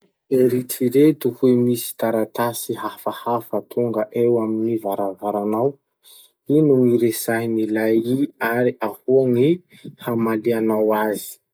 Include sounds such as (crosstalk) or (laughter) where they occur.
Eritsereto hoe misy taratasy hafahafa tonga eo amin'ny varavaranao. (noise) Ino gny resahin'ilay ii ary ahoa gny hamalianao azy?